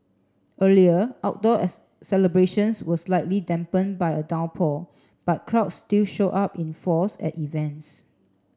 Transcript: earlier outdoor celebrations were slightly dampened by a downpour but crowds still showed up in force at events